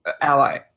ally